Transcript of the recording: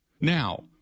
Now